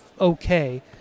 okay